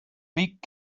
beak